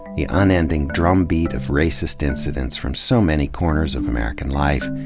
the unending drumbeat of racist incidents from so many corners of american life,